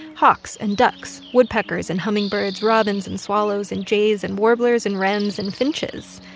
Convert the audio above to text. hawks and ducks, woodpeckers and hummingbirds, robins and swallows and jays and warblers and wrens and finches.